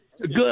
Good